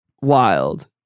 Wild